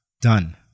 done